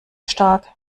stark